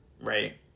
right